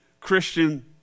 Christian